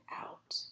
out